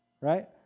right